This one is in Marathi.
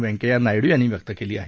व्यंकय्या नायडू यांनी व्यक्त केली आहे